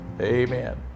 Amen